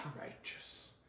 righteous